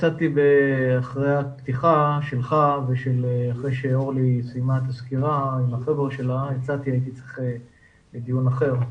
אחרי דברי הפתיחה שלך והסקירה של מנכ"לית בטרם יצאתי לדיון אחר.